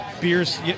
beers